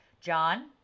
John